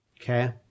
Okay